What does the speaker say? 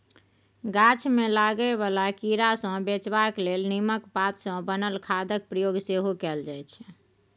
गाछ मे लागय बला कीड़ा सँ बचेबाक लेल नीमक पात सँ बनल खादक प्रयोग सेहो कएल जाइ छै